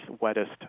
wettest